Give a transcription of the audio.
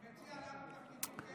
מה, אתה מציע לנו תפקידים כאלה?